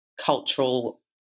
cultural